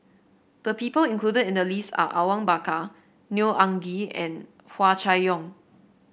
the people included in the list are Awang Bakar Neo Anngee and Hua Chai Yong